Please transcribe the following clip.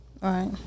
Right